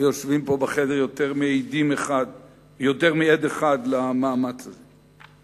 ויושב פה בחדר יותר מעד אחד למאמץ הזה.